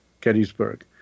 Gettysburg